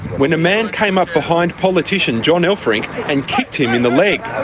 when a man came up behind politician john elferink and kicked him in the leg.